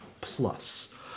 plus